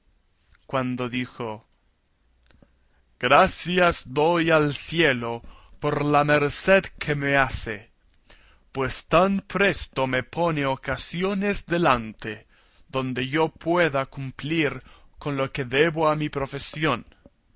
cuando dijo gracias doy al cielo por la merced que me hace pues tan presto me pone ocasiones delante donde yo pueda cumplir con lo que debo a mi profesión